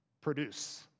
Produce